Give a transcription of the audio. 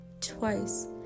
twice